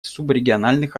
субрегиональных